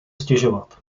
stěžovat